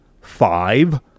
Five